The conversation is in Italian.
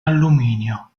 alluminio